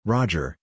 Roger